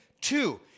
Two